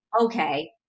Okay